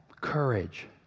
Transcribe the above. courage